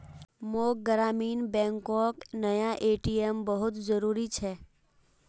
मोक ग्रामीण बैंकोक नया ए.टी.एम बहुत जरूरी छे